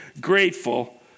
grateful